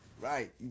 Right